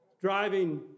Driving